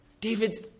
David's